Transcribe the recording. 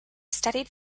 studied